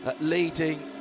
leading